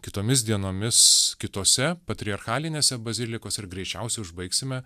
kitomis dienomis kitose patriarchalinėse bazilikose ir greičiausiai užbaigsime